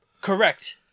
Correct